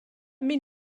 been